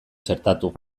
txertatu